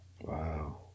Wow